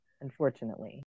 unfortunately